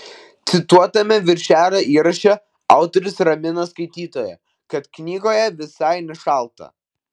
cituotame viršelio įraše autorius ramina skaitytoją kad knygoje visai nešalta